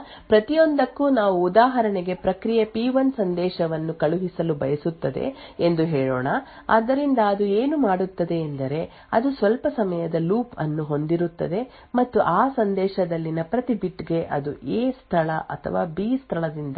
ಆದ್ದರಿಂದ ಪ್ರತಿಯೊಂದಕ್ಕೂ ನಾವು ಉದಾಹರಣೆಗೆ ಪ್ರಕ್ರಿಯೆ ಪಿ ಸಂದೇಶವನ್ನು ಕಳುಹಿಸಲು ಬಯಸುತ್ತದೆ ಎಂದು ಹೇಳೋಣ ಆದ್ದರಿಂದ ಅದು ಏನು ಮಾಡುತ್ತದೆ ಎಂದರೆ ಅದು ಸ್ವಲ್ಪ ಸಮಯದ ಲೂಪ್ ಅನ್ನು ಹೊಂದಿರುತ್ತದೆ ಮತ್ತು ಆ ಸಂದೇಶದಲ್ಲಿನ ಪ್ರತಿ ಬಿಟ್ ಗೆ ಅದು ಎ ಸ್ಥಳ ಅಥವಾ ಬಿ ಸ್ಥಳದಿಂದ